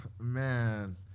Man